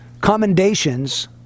commendations